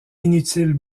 inutiles